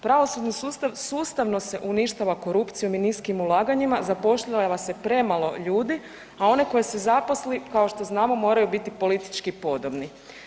Pravosudni sustav sustavno se uništava korupcijom i niskim ulaganjima, zapošljava se premalo ljudi, a one koje se zaposli, kao što znamo, moraju biti politički podobni.